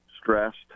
stressed